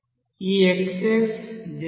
ఈ xs 0